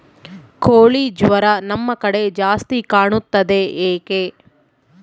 ಕೋಳಿ ಜ್ವರ ನಮ್ಮ ಕಡೆ ಜಾಸ್ತಿ ಕಾಣುತ್ತದೆ ಏಕೆ?